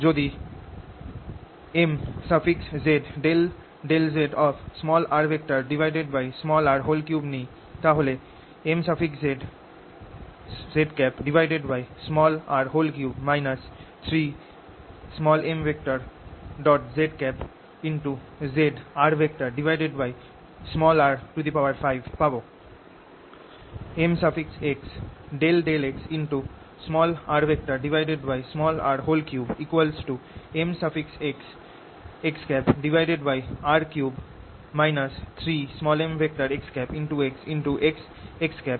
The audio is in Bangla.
যদি mz∂z নি তাহলে mzzr3 zrr5 পাব